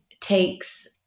takes